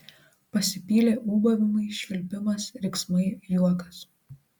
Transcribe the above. pasipylė ūbavimai švilpimas riksmai juokas